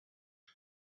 ana